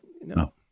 No